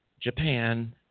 Japan